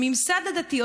הממסד הדתי,